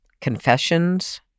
confessions